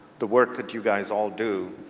the work that you guys all do.